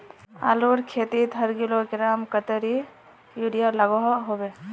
आलूर खेतीत हर किलोग्राम कतेरी यूरिया लागोहो होबे?